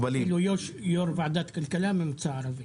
יושב-ראש ועדת כלכלה הוא ממוצא ערבי.